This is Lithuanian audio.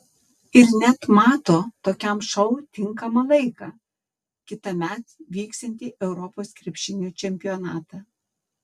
ir net mato tokiam šou tinkamą laiką kitąmet vyksiantį europos krepšinio čempionatą